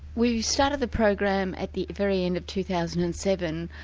we started the program at the very end of two thousand and seven.